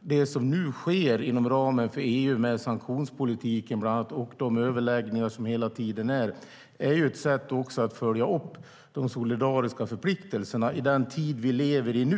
Det som nu sker inom EU när det gäller bland annat sanktionspolitiken och de överläggningar som hela tiden sker är ett sätt att följa upp de solidariska förpliktelserna i den tid vi nu lever i